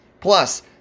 plus